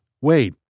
Wait